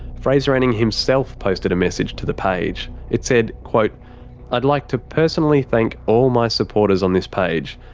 fraser anning himself posted a message to the page. it said quote i'd like to personally thank all my supporters on this page,